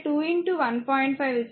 5 3 volt